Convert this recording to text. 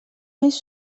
més